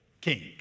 king